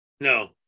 no